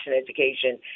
education